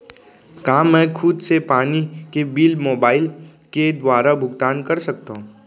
का मैं खुद से पानी के बिल मोबाईल के दुवारा भुगतान कर सकथव?